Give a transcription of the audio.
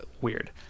weird